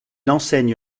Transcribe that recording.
enseigne